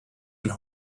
and